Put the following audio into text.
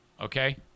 Okay